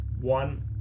one